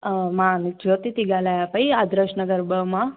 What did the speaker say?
मां ज्योति थी ॻाल्हायां पेई आदर्श नगर ॿ मां